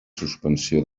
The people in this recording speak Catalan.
suspensió